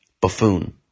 buffoon